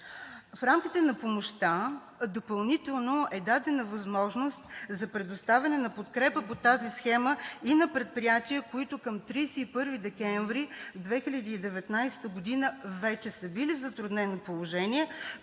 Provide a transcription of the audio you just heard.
В рамките на помощта допълнително е дадена възможност за предоставяне на подкрепа по тази схема и на предприятия, които към 31 декември 2019 г. вече са били в затруднено положение,